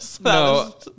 No